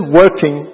working